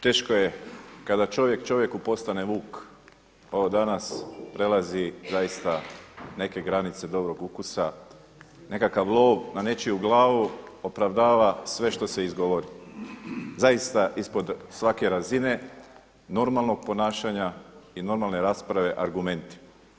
Teško je kada čovjek čovjeku postane vuk, ovo danas prelazi zaista neke granice dobrog ukusa, nekakav lov na nečiju glavu opravdava sve što se izgovori, zaista ispod svake razine normalnog ponašanja i normalne rasprave argumentima.